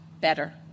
better